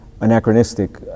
anachronistic